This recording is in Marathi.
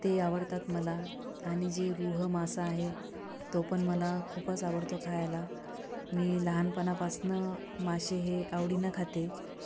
ते आवडतात मला आणि जे रुह मासा आहे तो पण मला खूपच आवडतो खायला मी लहानपणापासून मासे हे आवडीनं खाते